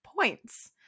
points